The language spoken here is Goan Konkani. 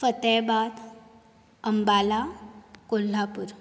फतेहाबाद अंबाला कोल्हापूर